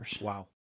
Wow